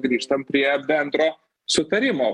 grįžtam prie bendro sutarimo